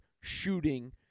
shooting